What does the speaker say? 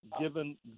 given